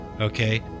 okay